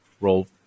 Roll